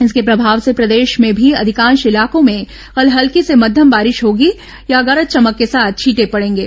इसके प्रभाव से प्रदेश में भी अधिकांश इलाकों में कल हल्की से मध्यम बारिश होगी या गरज चमक के साथ छींटे पडेंगे